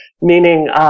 meaning